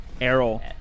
Errol